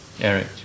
Eric